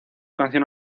canción